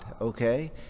okay